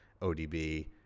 ODB